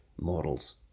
models